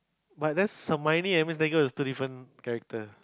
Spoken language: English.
but that's Hermoine and that means that girl is a different character